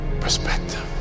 perspective